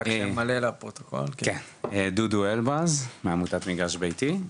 שמי דודו אלבז, מעמותת מגרש ביתי.